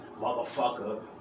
motherfucker